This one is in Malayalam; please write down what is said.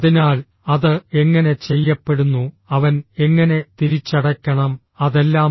അതിനാൽ അത് എങ്ങനെ ചെയ്യപ്പെടുന്നു അവൻ എങ്ങനെ തിരിച്ചടയ്ക്കണം അതെല്ലാം